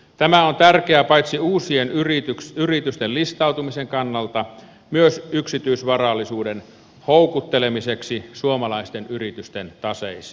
tämä on tärkeää paitsi uusien yritysten listautumisen kannalta myös yksityisvarallisuuden houkuttelemiseksi suomalaisten yritysten taseisiin